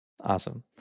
Awesome